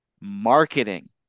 marketing